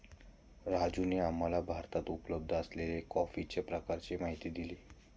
राजूने आम्हाला भारतात उपलब्ध असलेल्या कॉफीच्या प्रकारांची माहिती दिली